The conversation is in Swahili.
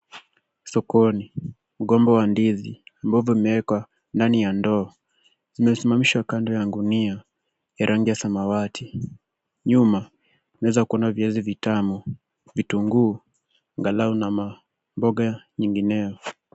Sokoni, mgomba wa ndizi ambavyo umewekwa ndani ya ndoo, umesimamishwa kando ya gunia ya rangi ya samawati. Nyuma, unaweza kuona viazi vitamu, vitunguu, angalao na mamboga nyingineo.